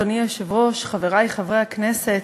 אדוני היושב-ראש, חברי חברי הכנסת,